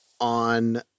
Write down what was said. on